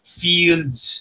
fields